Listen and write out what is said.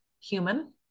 human